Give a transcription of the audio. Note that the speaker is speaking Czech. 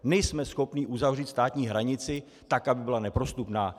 Nejsme schopni uzavřít státní hranici tak, aby byla neprostupná.